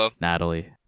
Natalie